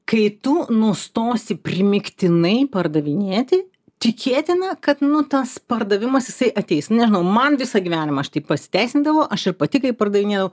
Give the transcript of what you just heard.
kai tu nustosi primygtinai pardavinėti tikėtina kad nu tas pardavimas jisai ateis nu nežinau man visą gyvenimą šitai pasiteisindavo aš ir pati kai pardavinėdavau